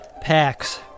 packs